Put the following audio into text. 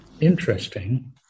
interesting